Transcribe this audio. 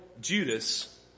Judas